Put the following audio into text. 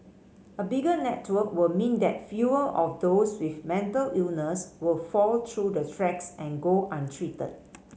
a bigger network will mean that fewer of those with mental illness would fall through the tracks and go untreated